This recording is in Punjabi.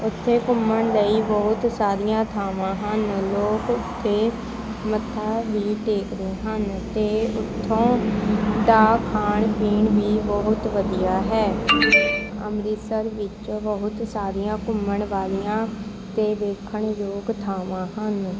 ਉੱਥੇ ਘੁੰਮਣ ਲਈ ਬਹੁਤ ਸਾਰੀਆਂ ਥਾਵਾਂ ਹਨ ਲੋਕ ਉੱਥੇ ਮੱਥਾ ਵੀ ਟੇਕਦੇ ਹਨ ਅਤੇ ਉੱਥੋਂ ਦਾ ਖਾਣ ਪੀਣ ਵੀ ਬਹੁਤ ਵਧੀਆ ਹੈ ਅੰਮ੍ਰਿਤਸਰ ਵਿੱਚ ਬਹੁਤ ਸਾਰੀਆਂ ਘੁੰਮਣ ਵਾਲੀਆਂ ਅਤੇ ਵੇਖਣ ਯੋਗ ਥਾਵਾਂ ਹਨ